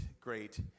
great